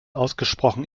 ausgesprochen